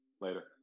Later